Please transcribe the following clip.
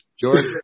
George